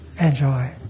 enjoy